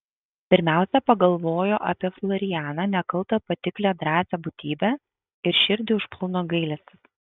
pirmiausia pagalvojo apie florianą nekaltą patiklią drąsią būtybę ir širdį užplūdo gailestis